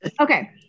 okay